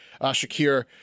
Shakir